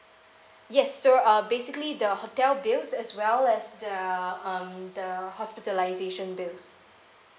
yes so uh basically the hotel bills as well as the um the hospitalization bills